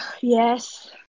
Yes